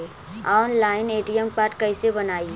Online ATM card कैसे बनाई?